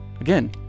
again